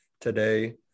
today